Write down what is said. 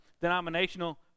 denominational